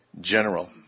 general